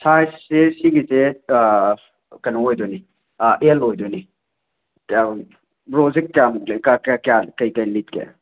ꯁꯥꯏꯁꯁꯦ ꯑꯁꯤꯒꯤꯁꯦ ꯀꯩꯅꯣ ꯑꯣꯏꯗꯣꯏꯅꯤ ꯑꯦꯜ ꯑꯣꯏꯗꯣꯏꯅꯤ ꯀꯌꯥꯝ ꯕ꯭ꯔꯣꯁꯦ ꯀꯌꯥꯝ ꯀꯩ ꯀꯩ ꯂꯤꯠꯀꯦ